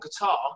guitar